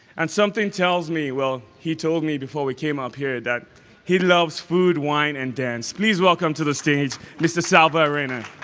and something tells me well, he told me before we came up here that he loves food, wine, and dance. please welcome to the stage mr. salvo arena.